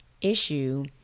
issue